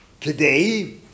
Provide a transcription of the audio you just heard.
Today